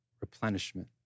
replenishment